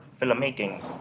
filmmaking